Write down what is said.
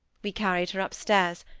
we carried her upstairs,